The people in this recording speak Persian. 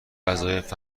وظایف